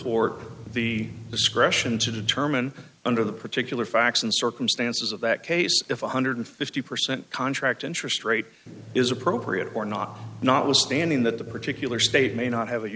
court the discretion to determine under the particular facts and circumstances of that case if one hundred and fifty percent contract interest rate is appropriate or not notwithstanding that the particular state may not have a